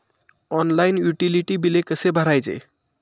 Online utility बिले कसे भरायचे?